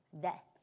death